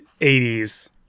80s